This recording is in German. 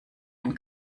ein